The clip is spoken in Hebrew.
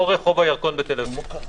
לא רחוב הירקון בתל אביב.